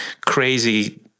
crazy